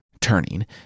Turning